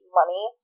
money